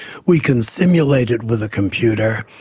we can simulate it with a computer,